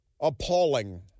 Appalling